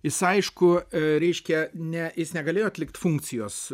jis aišku reiškia ne jis negalėjo atlikt funkcijos